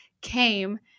came